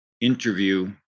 interview